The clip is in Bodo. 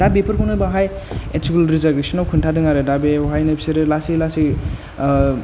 दा बेफोरखौनो बाहाय एरट्रुग्रल रेजारेकसनाव खोन्थादों आरो दा बेवहायनो बिसोरो लासै लासै